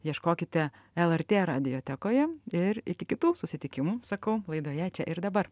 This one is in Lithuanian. ieškokite lrt radiotekoje ir iki kitų susitikimų sakau laidoje čia ir dabar